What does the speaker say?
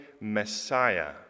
Messiah